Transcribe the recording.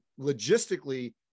logistically